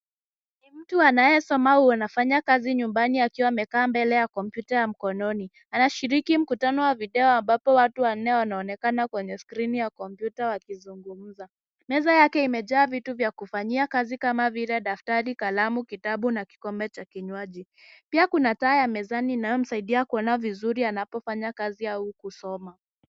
Ni mtu anayesoma au anafanya kazi nyumbani akiwa amekaa mbele ya kompyuta ya mkononi. Anashiriki mkutano wa video ambapo watu wanne wanaonekana kwenye skrini ya kompyuta wakizungumza. Meza yake imejaa vitu vya kufanyia kazi kama vile daftari, kalamu ,kitabu na kikombe cha kinywaji. Pia kuna taa ya mezani inayomsaidia kuona vizuri anapofanya kazi au kusoma.